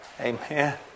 Amen